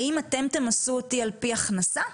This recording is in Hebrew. האם אתם תמסו אותי על-פי הכנסה?